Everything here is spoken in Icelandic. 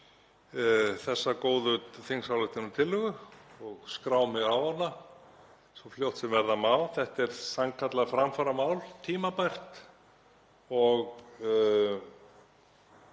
þessa góðu þingsályktunartillögu og skrá mig á hana svo fljótt sem verða má. Þetta er sannkallað framfaramál, tímabært, og